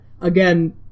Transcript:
again